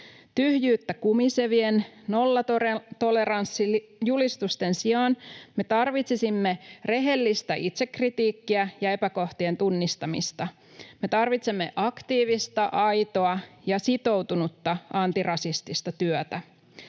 Tyhjyyttä kumisevien nollatoleranssijulistusten sijaan me tarvitsisimme rehellistä itsekritiikkiä ja epäkohtien tunnistamista. Me tarvitsemme aktiivista, aitoa ja sitoutunutta antirasistista työtä,